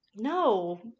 No